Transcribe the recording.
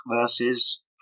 versus